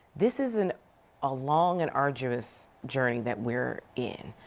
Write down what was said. this is and a long and arduous journey that we're in.